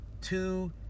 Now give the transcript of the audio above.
two